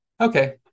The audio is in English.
Okay